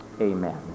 Amen